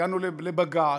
הגענו לבג"ץ,